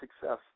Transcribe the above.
success